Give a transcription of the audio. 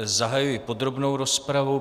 Zahajuji podrobnou rozpravu.